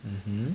mmhmm